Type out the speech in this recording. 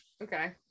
Okay